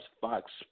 Fox